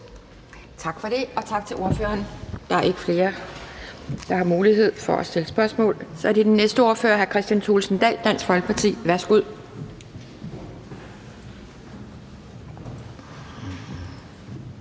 Tak for det, og tak til ordføreren. Der er ikke flere, der har mulighed for at stille spørgsmål. Og så er det den næste ordfører. Hr. Kristian Thulesen Dahl, Dansk Folkeparti, værsgo.